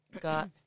got